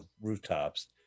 rooftops